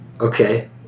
Okay